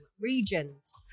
regions